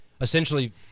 essentially